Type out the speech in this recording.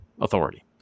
authority